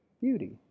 beauty